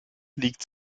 liegt